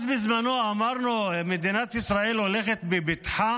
בזמנו אמרנו: מדינת ישראל הולכת בבטחה